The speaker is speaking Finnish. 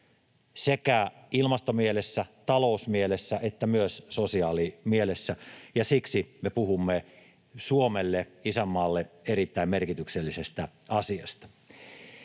sekä ilmastomielessä, talousmielessä että myös sosiaalimielessä, ja siksi me puhumme Suomelle, isänmaalle, erittäin merkityksellisestä asiasta.